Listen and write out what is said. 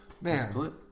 man